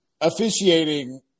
officiating